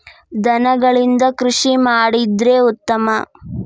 ದನಗಳಿಂದ ಕೃಷಿ ಮಾಡಿದ್ರೆ ಉತ್ತಮ